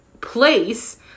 place